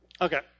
Okay